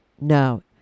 No